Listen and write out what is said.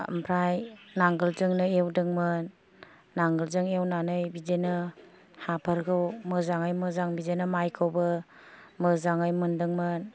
ओमफ्राय नांगोलजोंनो एवदोंमोन नांगोलजों एवनानै बिदिनो हाफोरखौ मोजाङै मोजां बिदिनो मायखौबो मोजाङै मोन्दोंमोन